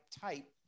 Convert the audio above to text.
type